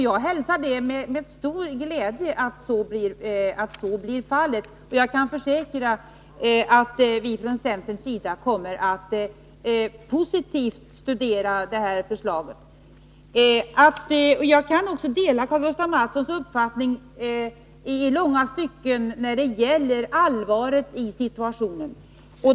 Jag hälsar med stor glädje att så blir fallet. Och jag kan försäkra att vi från centerns sida kommer att positivt studera detta förslag. Jag kan i långa stycken dela Karl-Gustaf Mathssons uppfattning när det gäller allvaret i situationen.